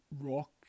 rock